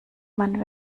man